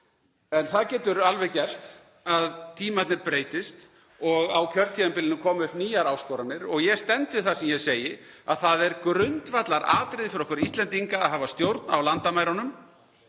En það getur alveg gerst að tímarnir breytist og á kjörtímabilinu koma upp nýjar áskoranir og ég stend við það sem ég segi að það er grundvallaratriði fyrir okkur Íslendinga að hafa stjórn á landamærunum,